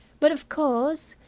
but of course,